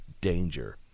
danger